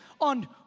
on